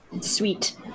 Sweet